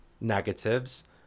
negatives